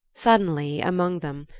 suddenly, among them,